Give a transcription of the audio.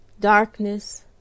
darkness